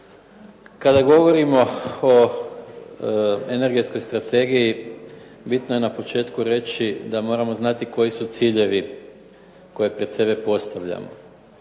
Kada govorimo o energetskoj strategiji bitno je na početku reći da moramo znati koji su ciljevi koje pred sebe postavljamo.